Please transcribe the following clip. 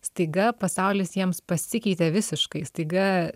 staiga pasaulis jiems pasikeitė visiškai staiga